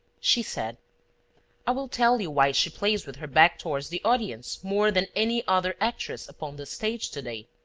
she said i will tell you why she plays with her back towards the audience more than any other actress upon the stage to-day.